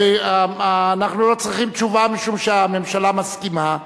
אנחנו לא צריכים תשובה, משום שהממשלה מסכימה,